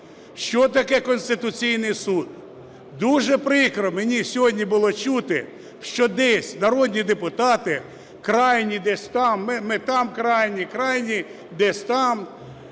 Що таке Конституційний Суд? Дуже прикро мені сьогодні було чути, що десь народні депутати крайні десь там, ми там крайні, крайні десь там…